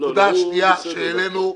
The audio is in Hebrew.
הנקודה השניה שהעלינו,